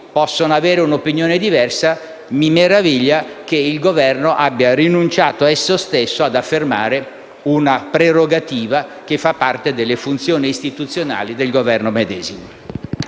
possono avere un'opinione diversa, mi meraviglia che il Governo abbia rinunciato esso stesso ad affermare una prerogativa che fa parte delle funzioni istituzionali del Governo medesimo.